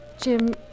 Jim